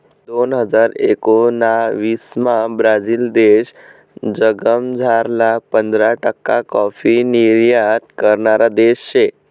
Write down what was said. दोन हजार एकोणाविसमा ब्राझील देश जगमझारला पंधरा टक्का काॅफी निर्यात करणारा देश शे